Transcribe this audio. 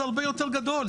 זה הרבה יתר גדול,